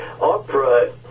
Opera